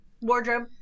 wardrobe